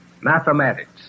mathematics